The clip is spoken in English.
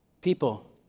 People